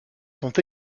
sont